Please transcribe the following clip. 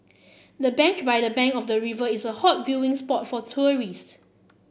the bench by the bank of the river is a hot viewing spot for tourist